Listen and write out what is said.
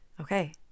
okay